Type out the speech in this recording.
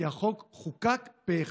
כי החוק חוקק פה אחד.